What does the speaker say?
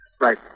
Right